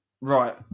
right